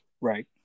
Right